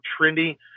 trendy